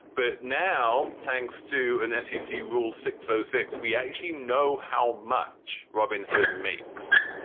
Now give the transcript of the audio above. but now, thanks to an fcc rule six so six, we actually know how much robin hood makes.